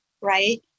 right